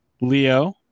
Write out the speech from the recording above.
leo